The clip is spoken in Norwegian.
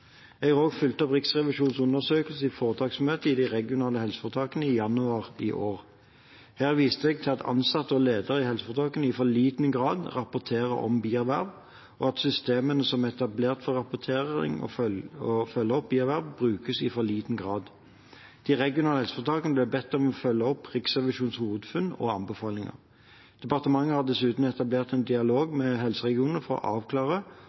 Jeg har også fulgt opp Riksrevisjonens undersøkelse i foretaksmøtet med de regionale helseforetakene i januar i år. Her viste jeg til at ansatte og ledere i helseforetakene i for liten grad rapporterer om bierverv, og at systemene som er etablert for å rapportere og følge opp bierverv, brukes i for liten grad. De regionale helseforetakene ble bedt om å følge opp Riksrevisjonens hovedfunn og anbefalinger. Departementet har dessuten etablert en dialog med helseregionene for å avklare